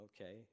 okay